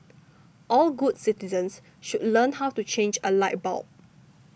all good citizens should learn how to change a light bulb